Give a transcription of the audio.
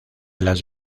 las